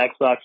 xbox